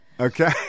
Okay